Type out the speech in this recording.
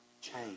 change